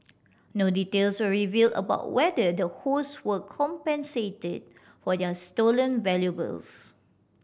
no details were reveal about whether the hosts were compensated for their stolen valuables